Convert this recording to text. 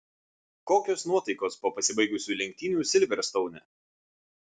kokios nuotaikos po pasibaigusių lenktynių silverstoune